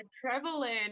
traveling